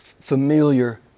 familiar